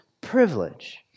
privilege